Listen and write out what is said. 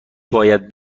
باید